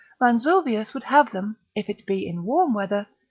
ranzovius would have them, if it be in warm weather,